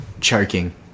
choking